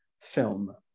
film